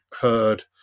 heard